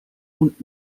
und